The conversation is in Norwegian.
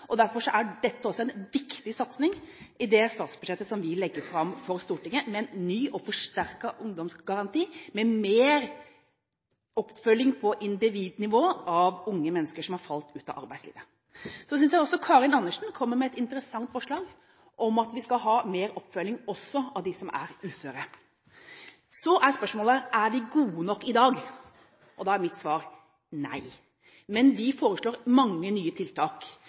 Derfor er dette også en viktig satsing i det statsbudsjettet som vi legger fram for Stortinget, med en ny og forsterket ungdomsgaranti, med mer oppfølging på individnivå av unge mennesker som har falt ut av arbeidslivet. Så synes jeg også Karin Andersen kommer med et interessant forslag, om at vi skal ha mer oppfølging også av dem som er uføre. Så er spørsmålet: Er vi gode nok i dag? Og da er mitt svar: Nei, men vi foreslår mange nye tiltak.